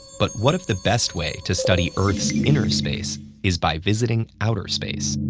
but what if the best way to study earth's inner space is by visiting outer space?